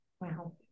Wow